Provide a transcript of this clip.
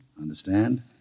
Understand